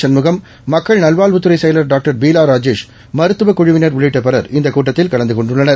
சண்முகம் மக்கள் நல்வாழ்வுத்துறை செயலர் டாக்டர் பீலா ராஜேஷ் மருத்துவக் குழுவின் உள்ளிட்ட பலர் இந்த கூட்டத்தில் கலந்து கொண்டுள்ளனர்